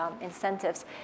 incentives